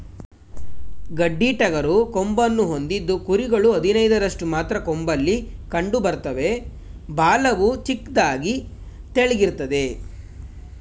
ಗಡ್ಡಿಟಗರು ಕೊಂಬನ್ನು ಹೊಂದಿದ್ದು ಕುರಿಗಳು ಹದಿನೈದರಷ್ಟು ಮಾತ್ರ ಕೊಂಬಲ್ಲಿ ಕಂಡುಬರ್ತವೆ ಬಾಲವು ಚಿಕ್ಕದಾಗಿ ತೆಳ್ಳಗಿರ್ತದೆ